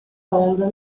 onda